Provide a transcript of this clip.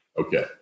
Okay